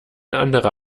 andere